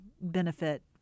benefit